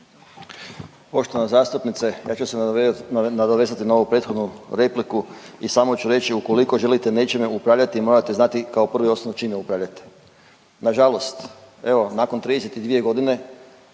Poštovana zastupnice ja ću se nadovezati na ovu prethodnu repliku i samo ću reći ukoliko želite nečime upravljati morate znati kao prvo i osnovno čime upravljate. Nažalost evo nakon 32 godine